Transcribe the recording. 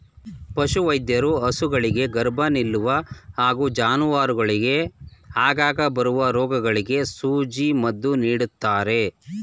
ಪಶುವೈದ್ಯರು ಹಸುಗಳಿಗೆ ಗರ್ಭ ನಿಲ್ಲುವ ಹಾಗೂ ಜಾನುವಾರುಗಳಿಗೆ ಆಗಾಗ ಬರುವ ರೋಗಗಳಿಗೆ ಸೂಜಿ ಮದ್ದು ನೀಡ್ತಾರೆ